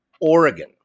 Oregon